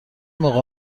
موقع